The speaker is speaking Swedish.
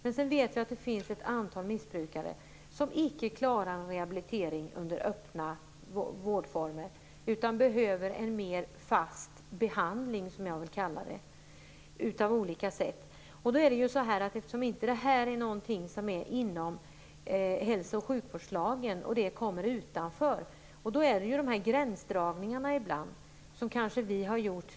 Men sedan vet vi att det finns ett antal missbrukare som inte klarar en rehabilitering under öppna vårdformer, utan som på olika sätt behöver en mer fast behandling, som jag vill kalla det. Eftersom det här inte är något som finns inom hälso och sjukvårdslagen utan som kommer utanför, finns ju problemet med de gränsdragningar som vi, ibland kanske felaktigt, har gjort.